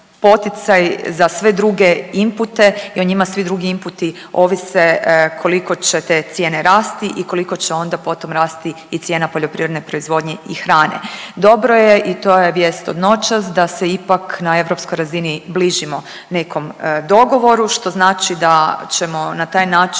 poticaj za sve druge impute i o njima svi drugi imputi ovise koliko će te cijene rasti i koliko će ona potom rasti i cijena poljoprivredne proizvodnje i hrane. Dobro je i to je vijest od noćas da se ipak na europskoj razini bližimo nekom dogovoru, što znači da ćemo na taj način